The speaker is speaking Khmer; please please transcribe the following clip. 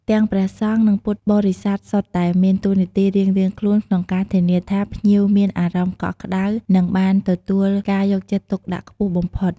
នេះជាការបង្ហាញពីតម្លៃដ៏ល្អផូរផង់នៃពុទ្ធសាសនា។